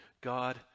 God